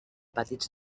petits